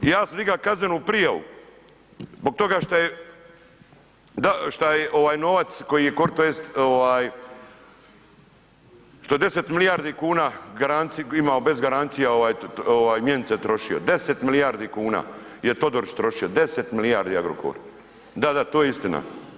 I ja sam digao kaznenu prijavu zbog toga šta je novac koji je, tj. što je 10 milijardi kuna imao bez garancija mjenice trošio, 10 milijardi kuna je Todorić trošio, 10 milijardi Agrokor, …... [[Upadica se ne čuje.]] Da, da, to je istina.